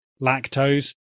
lactose